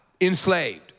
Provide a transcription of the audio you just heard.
enslaved